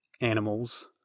animals